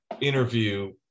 interview